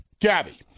Gabby